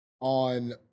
on